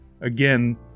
again